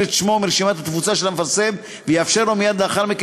את שמו מרשימת התפוצה של המפרסם ויאפשר לו מייד לאחר מכן